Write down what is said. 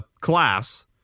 class